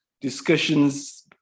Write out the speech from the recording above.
discussions